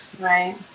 Right